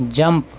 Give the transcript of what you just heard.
jump